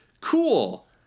Cool